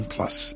Plus